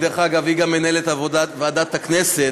דרך אגב, היא גם מנהלת ועדת הכנסת,